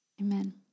Amen